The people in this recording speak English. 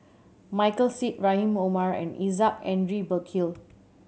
Michael Seet Rahim Omar and Isaac Henry Burkill